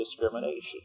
discrimination